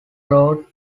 brought